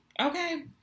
okay